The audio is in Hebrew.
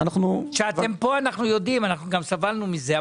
זה שאתם פה אנחנו יודעים, אנחנו גם סבלנו מזה.